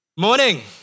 morning